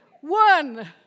One